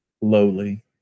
lowly